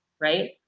right